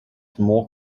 more